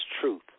truth